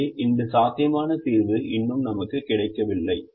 எனவே அந்த சாத்தியமான தீர்வு இன்னும் நமக்கு கிடைக்கவில்லை